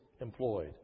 employed